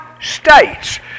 states